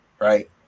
right